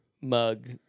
mug